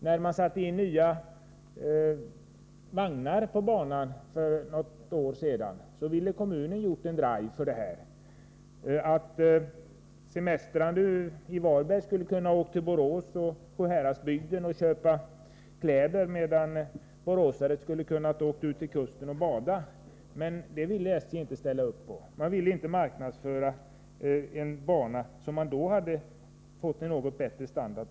När nya vagnar sattes in på banan för något år sedan ville kommunen göra 25 april 1984 en drive genom att låta semestrande i Varberg åka till Borås och Sjuhäradsbygden och köpa kläder, medan boråsare skulle kunna åka till kusten och Anslag till statens bada. Men det ville SJ inte ställa upp för. Man ville inte marknadsföra den bana som då hade fått en något bättre standard.